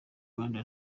rwanda